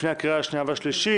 לפני הקריאה השנייה והשלישית.